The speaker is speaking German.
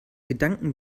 gedanken